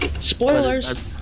Spoilers